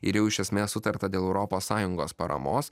ir jau iš esmės sutarta dėl europos sąjungos paramos